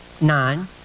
nine